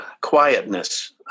quietness